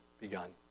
begun